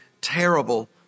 terrible